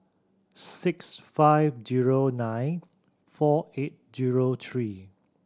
six five zero nine four eight zero three